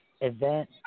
event